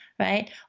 right